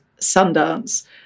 Sundance